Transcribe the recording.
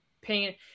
pain